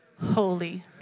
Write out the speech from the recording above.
holy